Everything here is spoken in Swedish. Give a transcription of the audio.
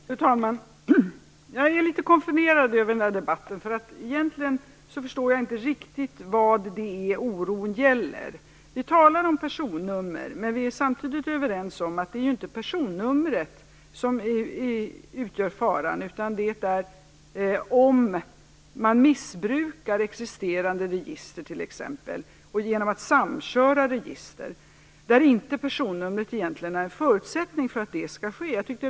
Fru talman! Jag är litet konfunderad över debatten. Egentligen förstår jag inte riktigt vad oron gäller. Vi talar om personnummer, men vi är samtidigt överens om att det inte är personnumret i sig som utgör faran, utan det är om man t.ex. missbrukar existerande register och samkör register, där personnumret inte är en förutsättning för att det skall kunna ske.